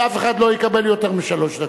ואף אחד לא יקבל יותר משלוש דקות.